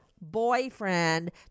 boyfriend